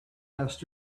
asked